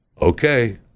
Okay